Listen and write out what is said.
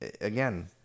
again